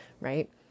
right